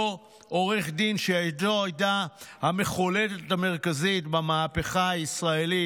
אותו עורך דין שידו הייתה המחוללת המרכזית במהפכה המשטרית